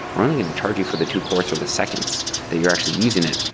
we're only going to charge you for the two cores for the seconds that you're actually using it,